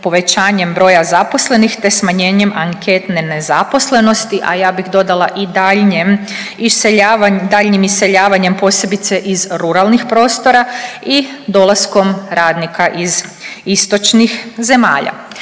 povećanjem broja zaposlenih, te smanjenjem anketne nezaposlenosti, a ja bih dodala i daljnjim iseljavanjem posebice iz ruralnih prostora i dolaskom radnika iz istočnih zemalja.